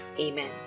Amen